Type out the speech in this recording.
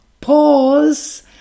pause